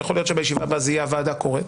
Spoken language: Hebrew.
ויכול להיות שבישיבה הזאת זה יהיה שהוועדה קוראת